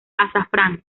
azafrán